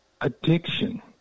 addiction